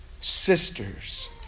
sisters